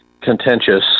contentious